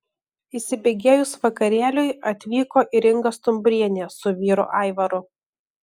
įsibėgėjus vakarėliui atvyko ir inga stumbrienė su vyru aivaru